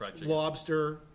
lobster